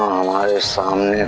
alive so um ah and